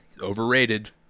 Overrated